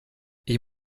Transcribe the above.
ich